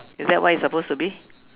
is that what it's supposed to be